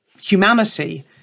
humanity